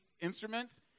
instruments